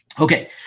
Okay